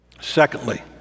Secondly